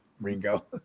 Ringo